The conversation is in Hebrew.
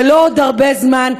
ואין עוד הרבה זמן,